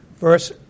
Verse